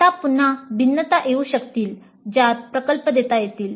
आता पुन्हा भिन्नता येऊ शकतील ज्यात प्रकल्प देता येतील